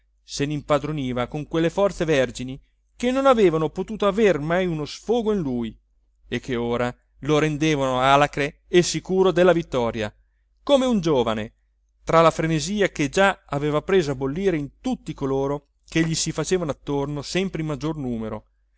se nimpadroniva con quelle forze vergini che non avevano potuto aver mai uno sfogo in lui e che ora lo rendevano alacre e sicuro della vittoria come un giovane tra la frenesia che già aveva preso a bollire in tutti coloro che gli si facevano attorno sempre in maggior numero